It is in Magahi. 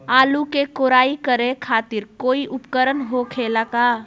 आलू के कोराई करे खातिर कोई उपकरण हो खेला का?